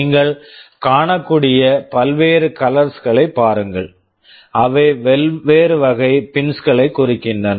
நீங்கள் காணக்கூடிய பல்வேறு கலர்ஸ் colors களைப் பாருங்கள் அவை வெவ்வேறு வகை பின்ஸ் pins களைக் குறிக்கின்றன